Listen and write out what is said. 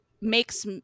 makes